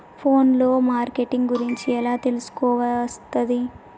Phone లో marketing గురించి ఎలా తెలుసుకోవస్తది?